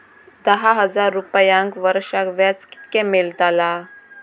दहा हजार रुपयांक वर्षाक व्याज कितक्या मेलताला?